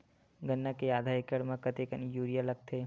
गन्ना के आधा एकड़ म कतेकन यूरिया लगथे?